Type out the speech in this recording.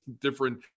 different –